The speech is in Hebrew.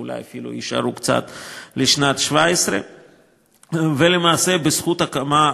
ואולי אפילו יישארו לשנת 2017. אגב,